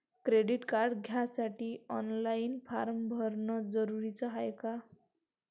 Credit card घ्यासाठी online form भरन जरुरीच हाय का?